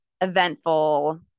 eventful